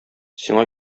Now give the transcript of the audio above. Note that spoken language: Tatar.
сиңа